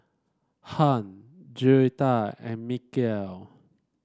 Hunt Joetta and Mikel